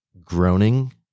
groaning